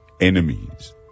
enemies